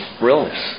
realness